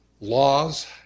laws